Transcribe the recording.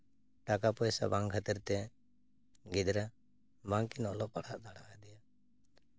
ᱴᱟᱠᱟ ᱯᱚᱭᱥᱟ ᱵᱟᱝ ᱠᱷᱟᱹᱛᱤᱨ ᱛᱮ ᱜᱤᱫᱽᱨᱟᱹ ᱵᱟᱝᱠᱤᱱ ᱚᱞᱚᱜ ᱯᱟᱲᱦᱟᱜ ᱫᱟᱲᱮᱭᱟᱫᱮᱭᱟ